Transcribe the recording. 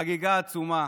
חגיגה עצומה